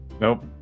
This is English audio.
Nope